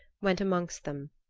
went amongst them,